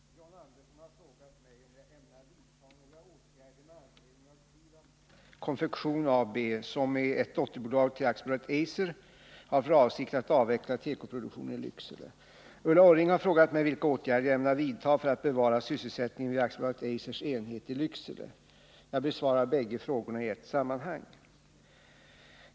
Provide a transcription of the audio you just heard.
Fru talman! John Andersson har frågat mig om jag ämnar vidta några åtgärder med anledning av att Trivab Konfektions AB, som är ett dotterbolag till AB Eiser, har för avsikt att avveckla tekoproduktionen i Lycksele. Ulla Orring har frågat mig vilka åtgärder jag ämnar vidta för att bevara sysselsättningen vid AB Eisers enhet i Lycksele. Jag besvarar bägge frågorna i ett sammanhang.